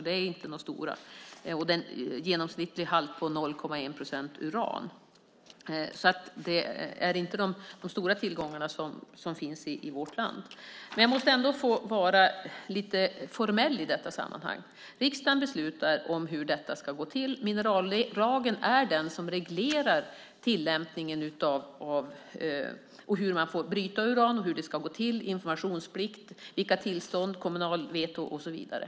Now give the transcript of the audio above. Det är alltså inte några stora tillgångar som finns i vårt land. Den genomsnittliga uranhalten är 0,1 procent. Jag måste få vara lite formell i detta sammanhang. Riksdagen beslutar hur detta ska gå till. Minerallagen är den lag som reglerar tillämpningen av uranbrytning. Det gäller hur man får bryta uran, hur det ska gå till, informationsplikt, vilka tillstånd som ska ges, kommunalt veto och så vidare.